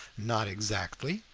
not exactly,